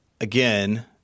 again